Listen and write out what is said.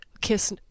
Kiss